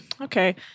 Okay